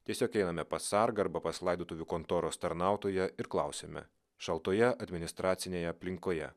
tiesiog einame pas sargą arba pas laidotuvių kontoros tarnautoją ir klausiame šaltoje administracinėje aplinkoje